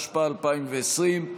התשפ"א 2020,